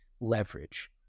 leverage